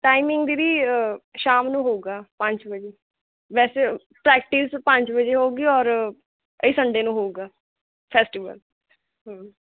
timing ਦੀਦੀ ਸ਼ਾਮ ਨੂੰ ਹੋਊਗਾ ਪੰਜ ਵਜੇ ਵੈਸੇ ਪ੍ਰੈਕਟਿਸ ਪੰਜ ਵਜੇ ਹੋਊਗੀ ਔਰ ਇਹ ਸੰਡੇ ਨੂੰ ਹੋਵੇਗਾ ਫੈਸਟੀਵਲ